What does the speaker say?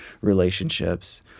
relationships